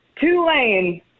Tulane